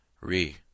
Re